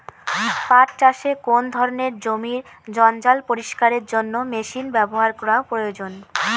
পাট চাষে কোন ধরনের জমির জঞ্জাল পরিষ্কারের জন্য মেশিন ব্যবহার করা প্রয়োজন?